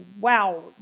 wow